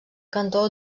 cantó